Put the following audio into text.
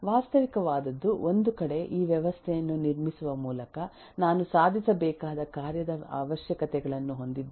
ವಾಸ್ತವಿಕವಾದದ್ದು ಒಂದು ಕಡೆ ಈ ವ್ಯವಸ್ಥೆಯನ್ನು ನಿರ್ಮಿಸುವ ಮೂಲಕ ನಾನು ಸಾಧಿಸಬೇಕಾದ ಕಾರ್ಯದ ಅವಶ್ಯಕತೆಗಳನ್ನು ಹೊಂದಿದ್ದೇನೆ